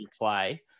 play